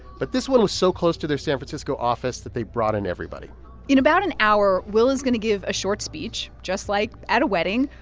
but this one was so close to their san francisco office that they brought in everybody in about an hour, will is going to give a short speech, just like at a wedding.